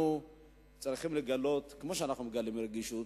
אנחנו צריכים לגלות, כמו שאנחנו מגלים רגישות,